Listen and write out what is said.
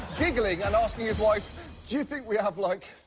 giggling and asking his wife, do you think we have, like,